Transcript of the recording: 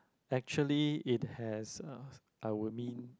actually it has uh I would mean